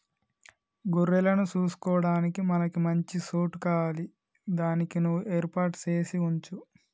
గొర్రెలను సూసుకొడానికి మనకి మంచి సోటు కావాలి దానికి నువ్వు ఏర్పాటు సేసి వుంచు